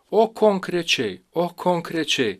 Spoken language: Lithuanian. o konkrečiai o konkrečiai